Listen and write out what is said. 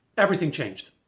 everything changed,